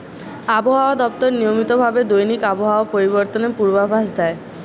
আবহাওয়া দপ্তর নিয়মিত ভাবে দৈনিক আবহাওয়া পরিবর্তনের পূর্বাভাস দেয়